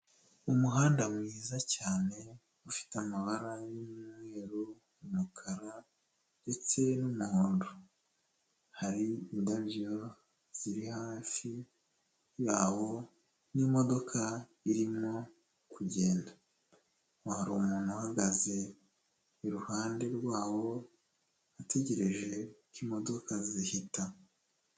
Umuhanda mwiza cyane ufite amabara y'umweru, umukara ndetse n'umuhondo, hari indabyo ziri hafi yabo n'imodoka irimo kugenda, aho hari umuntu uhagaze iruhande rwawo ategereje ko imodoka zihita.